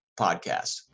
Podcast